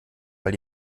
weil